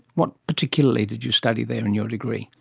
what particularly did you study there in your degree?